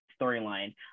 storyline